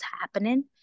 happening